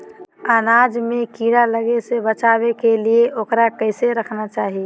अनाज में कीड़ा लगे से बचावे के लिए, उकरा कैसे रखना चाही?